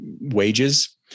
wages